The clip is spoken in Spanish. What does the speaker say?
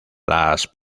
las